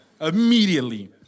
Immediately